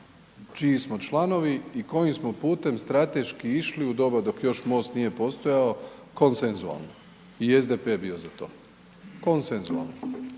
čiji smo članovi i kojim smo putem strateški išli u doba dok još MOST nije postojao konsensualno. I SDP je bio za to. Konsensualno.